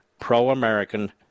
pro-American